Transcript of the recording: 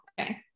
okay